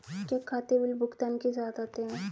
क्या खाते बिल भुगतान के साथ आते हैं?